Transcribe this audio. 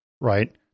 right